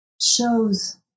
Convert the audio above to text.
shows